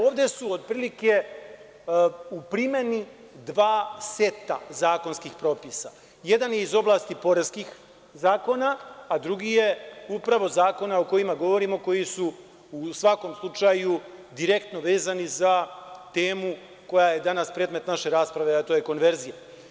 Ovde su otprilike u primeni dva seta zakonskih propisa, jedan je iz oblasti poreskih zakona, a drugi je upravo iz zakona o kojima govorimo, koji su, u svakom slučaju, direktno vezani za temu koja je danas predmet naše rasprave, a to je konverzija.